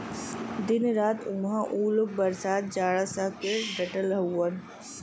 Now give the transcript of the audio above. दिन रात उहां उ लोग बरसात जाड़ा सह के डटल हउवन